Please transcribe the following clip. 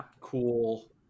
cool